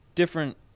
Different